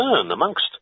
amongst